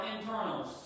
internals